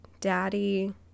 daddy